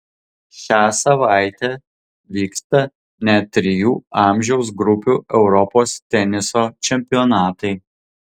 šią savaitę vyksta net trijų amžiaus grupių europos teniso čempionatai